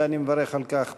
ואני מברך על כך,